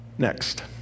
next